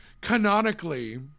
canonically